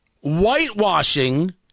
Whitewashing